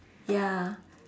ya